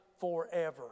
forever